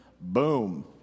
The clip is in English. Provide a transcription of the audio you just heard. boom